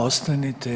Ostanite.